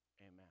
Amen